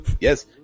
Yes